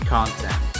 Content